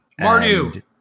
Mardu